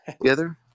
together